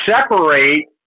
separate